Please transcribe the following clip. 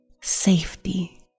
safety